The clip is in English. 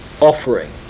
offering